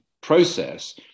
process